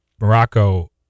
Morocco